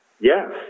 Yes